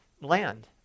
land